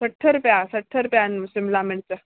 सठि रुपया सठि रुपया आहिनि शिमला मिर्च